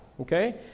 okay